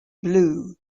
blue